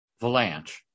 Valanche